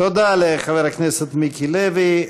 תודה לחבר הכנסת מיקי לוי.